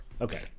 Okay